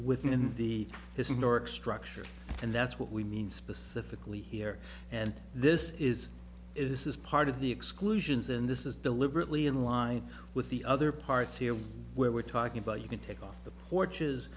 within the historic structure and that's what we mean specifically here and this is is this is part of the exclusions and this is deliberately in line with the other parts here where we're talking about you can take off the porch